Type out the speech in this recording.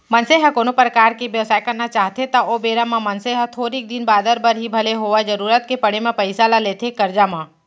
मनसे ह कोनो परकार के बेवसाय करना चाहथे त ओ बेरा म मनसे ह थोरिक दिन बादर बर ही भले होवय जरुरत के पड़े म पइसा ल लेथे करजा म